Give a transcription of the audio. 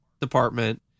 department